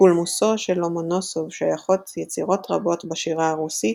לקולמוסו של לומונוסוב שייכות יצירות רבות בשירה הרוסית,